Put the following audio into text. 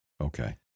Okay